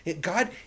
God